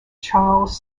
charles